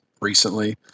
recently